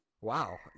Wow